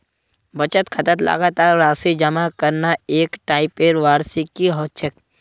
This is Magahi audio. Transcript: बचत खातात लगातार राशि जमा करना एक टाइपेर वार्षिकी ह छेक